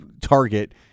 target